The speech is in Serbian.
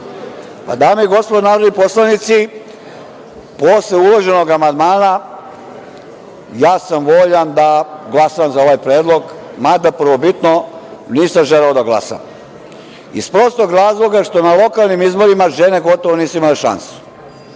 i gospodo narodni poslanici, posle uvaženog amandmana, voljan sam da glasam za ovaj predlog, mada prvobitno nisam želeo da glasam, iz prostog razloga što na lokalnim izborima žene gotovo nisu imale šansu.